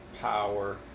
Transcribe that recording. power